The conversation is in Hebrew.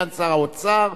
סגן שר האוצר.